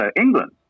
England